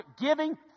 giving